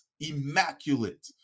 immaculate